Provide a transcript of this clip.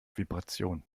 vibration